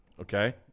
Okay